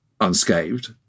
unscathed